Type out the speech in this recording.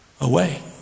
away